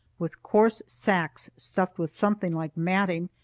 with coarse sacks stuffed with something like matting,